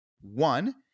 one